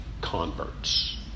converts